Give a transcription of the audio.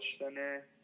center